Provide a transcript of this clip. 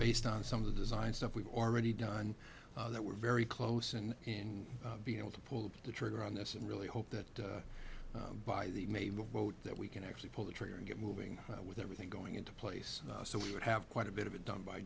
based on some of the design stuff we've already done that we're very close and in being able to pull the trigger on this and really hope that by the may will vote that we can actually pull the trigger and get moving with everything going into place so we would have quite a bit of